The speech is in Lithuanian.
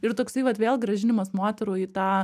ir toksai vat vėl grąžinimas moterų į tą